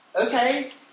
okay